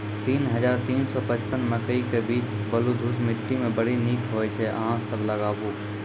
तीन हज़ार तीन सौ पचपन मकई के बीज बलधुस मिट्टी मे बड़ी निक होई छै अहाँ सब लगाबु?